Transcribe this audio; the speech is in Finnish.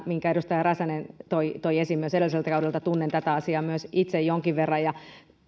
minkä edustaja räsänen toi toi esiin edelliseltä kaudelta tunnen tätä asiaa myös itse jonkin verran